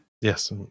Yes